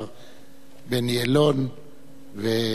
בני אלון וצבי הנדל,